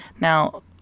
Now